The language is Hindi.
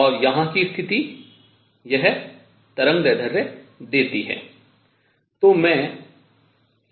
और यहां की स्थिति यह तरंगदैर्ध्य देती है